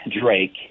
Drake